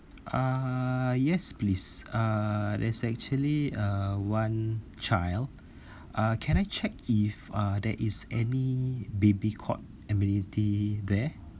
uh yes please uh there's actually uh one child uh can I check if uh there is any baby cot amenity there